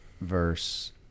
verse